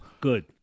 Good